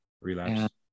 Relapse